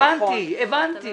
הבנתי, הבנתי.